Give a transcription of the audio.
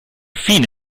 fine